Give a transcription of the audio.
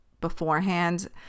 beforehand